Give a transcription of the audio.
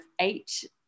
eight